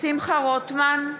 שמחה רוטמן,